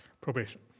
Probation